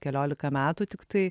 keliolika metų tiktai